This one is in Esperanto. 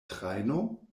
trajno